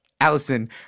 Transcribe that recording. Allison—